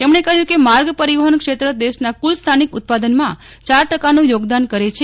તેમજ઼ો કહ્યું કે માર્ગ પરિવહન ક્ષેત્ર દેશના કુલ સ્થાનિક ઉત્પાદનમાં ચાર ટકાનું યોગદાન કરે છે